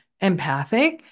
empathic